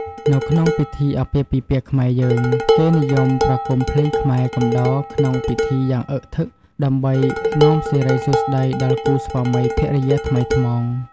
នៅក្នុងពិធីអាពាពិពាហ៍ខ្មែរយើង គេនិយមប្រគំភ្លេងខ្មែរកំដរក្នុងពិធីយ៉ាងអឹកធឹក ដើម្បីនាំសិរីសួស្ដីដល់គូស្វាមីភរិយាថ្មីថ្មោង។